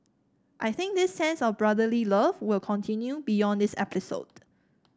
I think this sense of brotherly love will continue beyond this episode